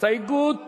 הסתייגות